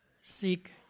Seek